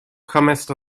comest